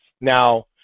now